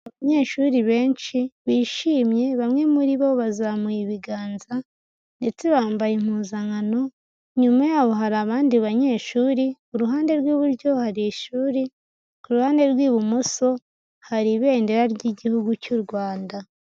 Abanyeshuri benshi bishimye bamwe muri bo bazamuye ibiganza ndetse bambaye impuzankano, inyuma yabo hari abandi banyeshuri, ku ruhande rw'iburyo hari ishuri, ku ruhande rw'ibumoso hari ibendera ry'igihugu cy'u Rwanda.